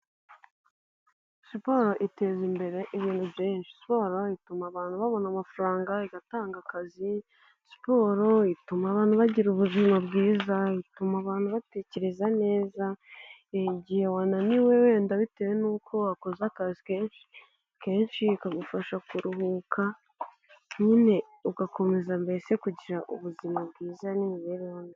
Siporo iteza imbere ibintu byinshi, siporo bituma abantu babona amafaranga, igatanga akazi, siporo ituma abantu bagira ubuzima bwiza, bituma abantu batekereza neza, igihe wananiwe wenda bitewe n'uko wakoze akazi kenshi kenshi ikagufasha kuruhuka nyine ugakomeza mbese kugira ubuzima bwiza n'imibereho myiza.